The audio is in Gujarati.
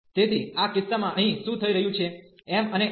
તેથી આ કિસ્સામાં અહીં શું થઈ રહ્યું છે m અને n